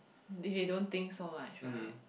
if they don't think so much right